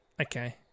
okay